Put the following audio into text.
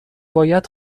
باید